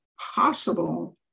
possible